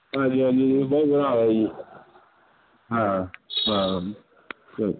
ਹਾਂਜੀ ਹਾਂਜੀ ਜੀ ਬਹੁਤ ਬੁਰਾ ਹਾਲ ਹੈ ਜੀ ਹਾਂ ਹਾਂ ਓਕ